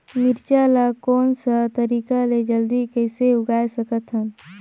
मिरचा ला कोन सा तरीका ले जल्दी कइसे उगाय सकथन?